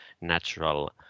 natural